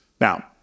Now